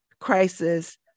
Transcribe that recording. crisis